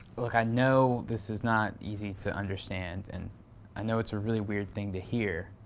look, i know, this is not easy to understand and i know it's a really weird thing to hear.